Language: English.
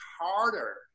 harder